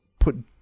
put